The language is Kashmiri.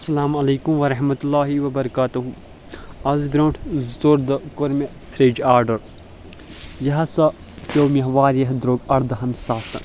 السلام عليكم ورحمة الله وبركاته آز برٛونٛٹھ زٕ ژور دۄہ کوٚر مےٚ فرج آڈر یہِ ہسا پیوٚو مےٚ واریاہ درٚوگ اردہن ساسن